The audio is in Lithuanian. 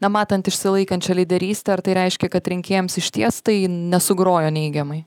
na matant išsilaikančią lyderystę ar tai reiškia kad rinkėjams išties tai nesugrojo neigiamai